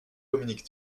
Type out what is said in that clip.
dominique